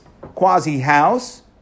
quasi-house